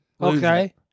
Okay